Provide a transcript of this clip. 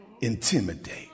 intimidate